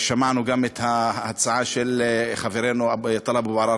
שמענו גם את ההצעה של חברנו טלב אבו עראר